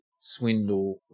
swindle